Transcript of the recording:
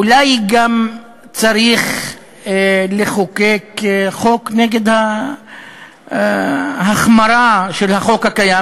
אולי גם צריך לחוקק חוק נגד ההחמרה של החוק הקיים,